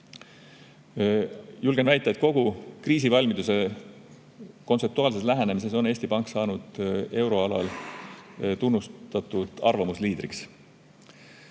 Julgen väita, et kogu kriisivalmiduse kontseptuaalses lähenemises on Eesti Pank saanud euroalal tunnustatud arvamusliidriks.